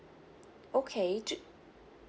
okay